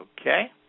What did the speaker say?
Okay